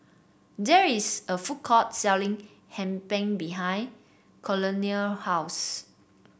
there is a food court selling Hee Pan behind Colonel house